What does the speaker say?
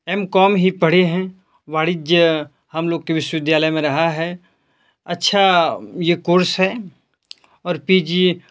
M com ही पढ़ें हैं वाणिज्य हम लोग के विश्वविद्यालय में रहा है अच्छा ये कोर्स है और पी जी